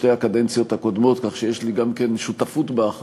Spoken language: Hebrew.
שר הביטחון, הוא אמור לעשות את כל ההערות ואת כל